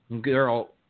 girl